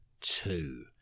two